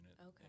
Okay